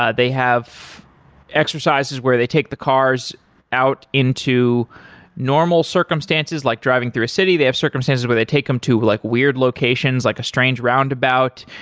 ah they have exercises where they take the cars out into normal circumstances, like driving through a city. they have circumstances where they take them to look like weird locations, like a strange roundabout,